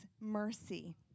mercy